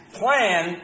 plan